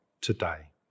today